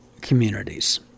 communities